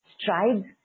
strides